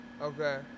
Okay